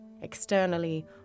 externally